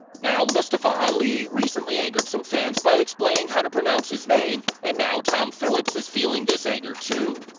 now, mustafa ali recently angered some fans by explaining how to pronounce his name, and now tom phillips is feeling this anger too.